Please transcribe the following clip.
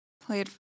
played